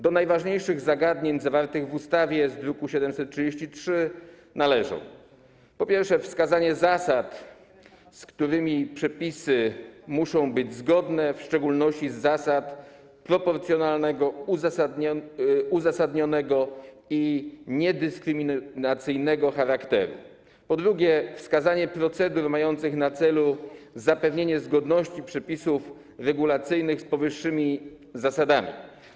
Do najważniejszych zagadnień zawartych w ustawie z druku nr 733 należą: po pierwsze, wskazanie zasad, z którymi przepisy muszą być zgodne, w szczególności zasad proporcjonalnego, uzasadnionego i niedyskryminacyjnego charakteru; po drugie, wskazanie procedur mających na celu zapewnienie zgodności przepisów regulacyjnych z powyższymi zasadami.